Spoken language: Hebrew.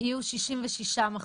יהיו 66 מכשירים.